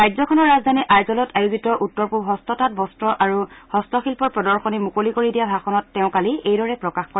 ৰাজ্যখনৰ ৰাজধানী আইজলত আয়োজিত উত্তৰ পূব হস্ততাঁত বস্ত্ৰ আৰু হস্তশিল্প প্ৰদৰ্শনী মুকলি কৰি দিয়া ভাষণত তেওঁ কালি এইদৰে প্ৰকাশ কৰে